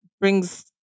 brings